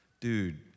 Dude